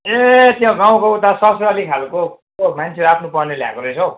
ए त्यहाँ गाउँको उता ससुराली खालको त्यो मान्छे आफ्नो पर्ने ल्याएको रहेछ हो